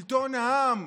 שלטון העם,